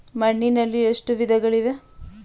ಮಣ್ಣಿನಲ್ಲಿ ಎಷ್ಟು ವಿಧಗಳಿವೆ?